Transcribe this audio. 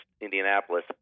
Indianapolis